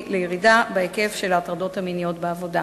לירידה בהיקף של ההטרדות המיניות בעבודה.